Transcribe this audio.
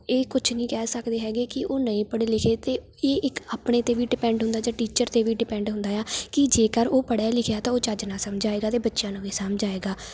ਇਹ ਕੁਝ ਨਹੀਂ ਕਹਿ ਸਕਦੇ ਹੈਗੇ ਕਿ ਉਹ ਨਹੀਂ ਪੜ੍ਹੇ ਲਿਖੇ ਅਤੇ ਇਹ ਇੱਕ ਆਪਣੇ 'ਤੇ ਵੀ ਡਿਪੈਂਡ ਹੁੰਦਾ ਜਾਂ ਟੀਚਰ 'ਤੇ ਵੀ ਡਿਪੈਂਡ ਹੁੰਦਾ ਆ ਕਿ ਜੇਕਰ ਉਹ ਪੜ੍ਹਿਆ ਲਿਖਿਆ ਤਾਂ ਉਹ ਚੱਜ ਨਾਲ ਸਮਝਾਏਗਾ ਅਤੇ ਬੱਚਿਆਂ ਨੂੰ ਵੀ ਸਮਝ ਆਏਗਾ